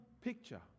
picture